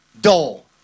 dull